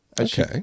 Okay